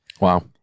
Wow